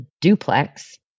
duplex